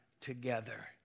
together